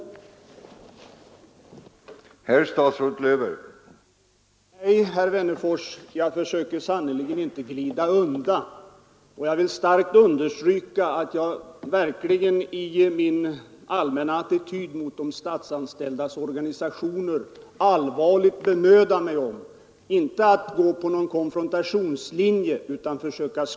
26 oktober 1972